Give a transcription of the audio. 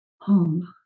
home